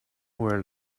where